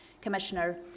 commissioner